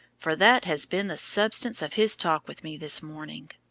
for that has been the substance of his talk with me this morning!